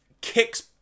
kicks